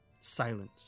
Silence